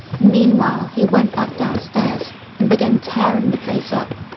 meanwhile he went back downstairs and began tearing the place up,